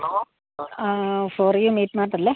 four you meat mart അല്ലേ